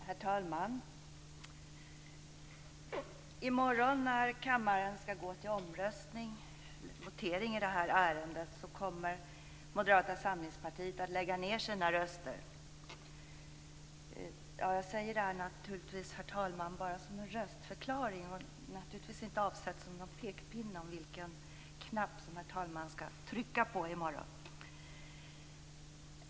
Herr talman! I morgon när kammaren skall gå till votering i detta ärende kommer Moderata samlingspartiet att lägga ned sina röster. Jag säger naturligtvis detta bara som en röstförklaring, herr talman. Det var inte avsett som någon pekpinne om vilken knapp herr talman skall trycka på i morgon.